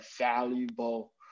valuable